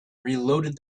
reloaded